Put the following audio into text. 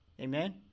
Amen